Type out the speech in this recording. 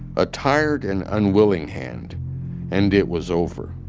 a tired and unwilling hand and it was over.